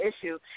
issue